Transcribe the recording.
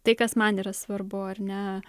tai kas man yra svarbu ar ne